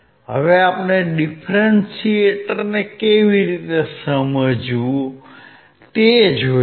હવે આપણે ડીફરન્શીએટરને કેવી રીતે સમજવું તે જોઇએ